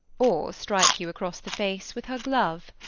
or strike you across the face with her glove.